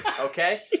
Okay